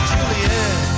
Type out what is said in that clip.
Juliet